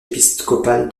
épiscopal